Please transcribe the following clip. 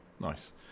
Nice